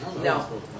No